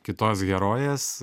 kitos herojės